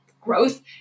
growth